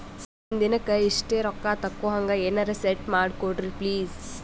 ಒಂದಿನಕ್ಕ ಇಷ್ಟೇ ರೊಕ್ಕ ತಕ್ಕೊಹಂಗ ಎನೆರೆ ಸೆಟ್ ಮಾಡಕೋಡ್ರಿ ಪ್ಲೀಜ್?